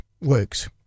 works